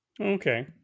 Okay